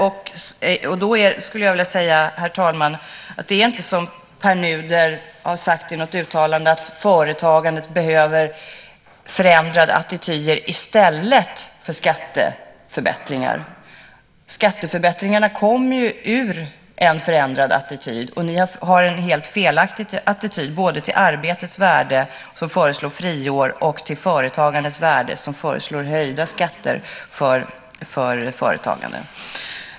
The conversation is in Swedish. Jag skulle vilja säga, herr talman, att det inte är som Pär Nuder har sagt i något uttalande att företagandet behöver förändrade attityder i stället för skatteförbättringar. Skatteförbättringarna kommer ju ur en förändrad attityd. Ni har en helt felaktig attityd både till arbetets värde när ni föreslår friår och till företagandets värde när ni föreslår höjda skatter för företagande.